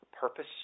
purpose